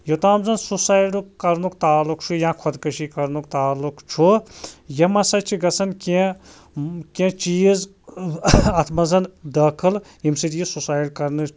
یوٚتام زَن سُسایڈُک کرنُک تعلُق چھُ یا خودکٔشی کرنُک تعلُق چھُ یِم ہَسا چھِ گَژھان کیٚنٛہہ کیٚنٛہہ چیٖز اَتھ مَنٛز دٲخٕل ییٚمہِ سۭتۍ یہِ سُسایِڈ کَرنٕچ